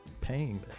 paying